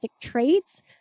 traits